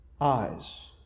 eyes